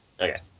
Okay